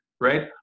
right